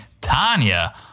Tanya